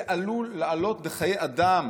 זה עלול לעלות בחיי אדם,